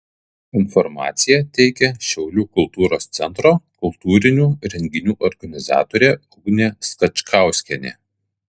informaciją teikia šiaulių kultūros centro kultūrinių renginių organizatorė ugnė skačkauskienė